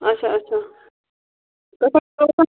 اچھا اچھا